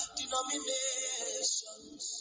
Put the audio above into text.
denominations